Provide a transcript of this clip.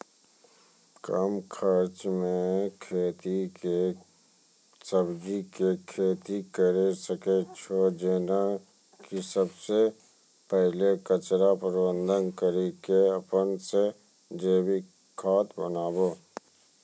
कम खर्च मे सब्जी के खेती करै सकै छौ जेना कि सबसे पहिले कचरा प्रबंधन कड़ी के अपन से जैविक खाद बनाबे?